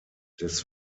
des